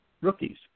rookies